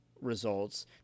results